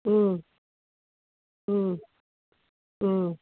ಹ್ಞೂ ಹ್ಞೂ ಹ್ಞೂ